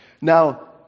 Now